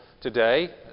today